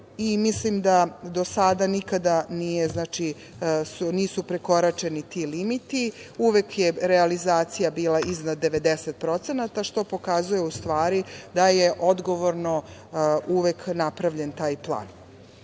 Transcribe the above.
Mislim da do sada nikada nisu prekoračeni ti limiti. Uvek je realizacija bila iznad 90%, što pokazuje u stvari da je odgovorno uvek napravljen taj plan. Druga